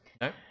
no